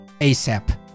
ASAP